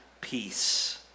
peace